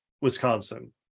Wisconsin